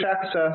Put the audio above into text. access